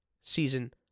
season